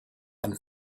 and